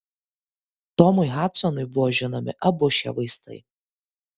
tomui hadsonui buvo žinomi abu šie vaistai